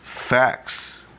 Facts